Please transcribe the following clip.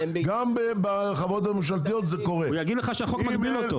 גם בחברות הממשלתיות זה קורה -- הוא יגיד לך שהחוק מגביל אותו.